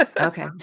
Okay